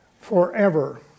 forever